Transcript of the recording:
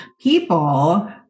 people